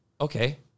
okay